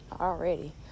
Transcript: already